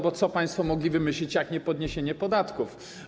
Bo co państwo mogli wymyślić jak nie podniesienie podatków?